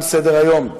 תם סדר-היום.